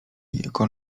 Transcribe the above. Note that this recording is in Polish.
logikę